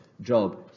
job